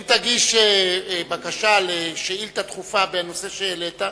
אם תגיש בקשה לשאילתא דחופה בנושא שהעלית,